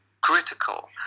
critical